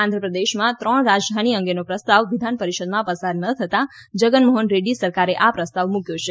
આંધ્રપ્રદેશમાં ત્રણ રાજધાની અંગેનો પ્રસ્તાવ વિધાન પરિષદમાં પસાર ન થતાં જગનમોહન રેડ્ડી સરકારે આ પ્રસ્તાવ મૂક્યો છે